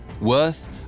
worth